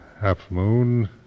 half-moon